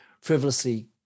frivolously